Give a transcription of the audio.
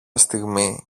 στιγμή